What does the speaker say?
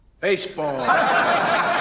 Baseball